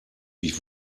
ich